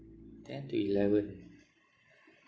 ten to eleven ah